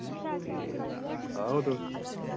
ते आओ तुस